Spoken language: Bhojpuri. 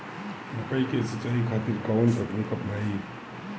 मकई के सिंचाई खातिर कवन तकनीक अपनाई?